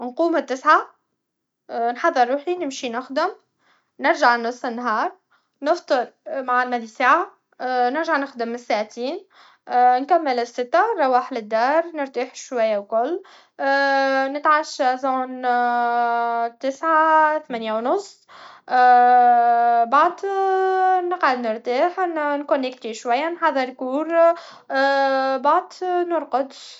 نقوم التسعه نحضر روحي نمشي نخدم نرجع نص النهار نفطر ونولي ساعه نرجع نخدم على الساعتين نكمل السته و نروح للدار نرتاح شوي و لكل نتعشا زون التسعه ثمنيه و نص بعد نقعد نرتاح نكونكتي شوي نحضر كور بعد نرقد